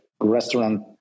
restaurant